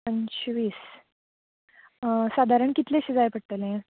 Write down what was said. पंचवी सादरण कितलें शें जाय पटलें